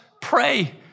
pray